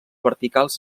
verticals